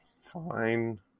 Fine